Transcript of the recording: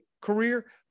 Career